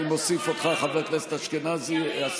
אני מוסיף אותך, חבר הכנסת השר אשכנזי.